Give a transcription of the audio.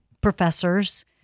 professors